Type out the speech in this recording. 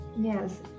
Yes